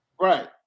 Right